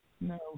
no